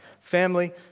family